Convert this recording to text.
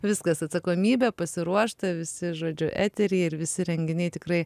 viskas atsakomybė pasiruošta visi žodžiu etery ir visi renginiai tikrai